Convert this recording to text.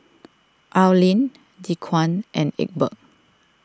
Arlin Dequan and Egbert